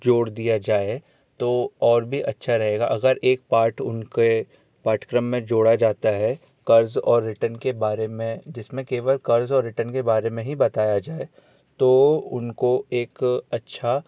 जोड़ दिया जाए तो और भी अच्छा रहेगा अगर एक पार्ट उनके पाठ्यक्रम में जोड़ा जाता है कर्ज और रिटर्न के बारे में जिसमे केवल कर्ज और रिटर्न के बारे में ही बताया जाए तो उनको एक अच्छा